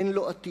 אין לו עתיד.